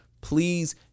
please